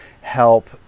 help